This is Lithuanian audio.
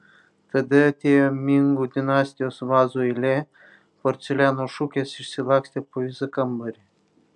tada atėjo mingų dinastijos vazų eilė porceliano šukės išsilakstė po visą kambarį